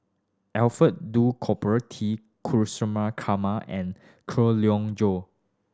Alfred Duff Cooper T and Leong Joo